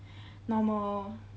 normal